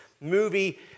movie